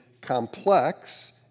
complex